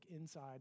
inside